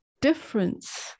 difference